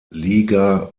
liga